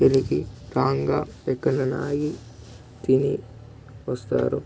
తిరిగి రాంగా ఎక్కడైనా ఆగి తిని వస్తారు